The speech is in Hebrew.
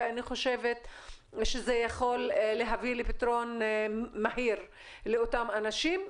כי אני חושבת שזה יכול להביא לפתרון מהיר לאותם אנשים.